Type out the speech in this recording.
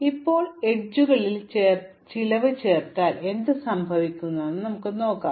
ഇപ്പോൾ അരികുകളിൽ ചിലവ് ചേർത്താൽ എന്ത് സംഭവിക്കുമെന്ന് ഞങ്ങൾ നോക്കുന്നു